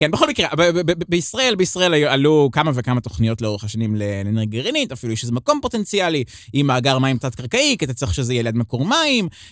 כן, בכל מקרה, בישראל היו עלו כמה וכמה תוכניות לאורך השנים לאנרגיה גרעינית, אפילו יש איזה מקום פוטנציאלי עם מאגר מים תת קרקעי, כי אתה צריך שזה יהיה ליד מקור מים.